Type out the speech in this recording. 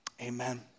amen